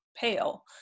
pale